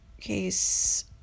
case